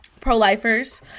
pro-lifers